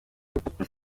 minisiteri